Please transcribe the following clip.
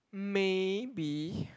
maybe